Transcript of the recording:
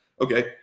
Okay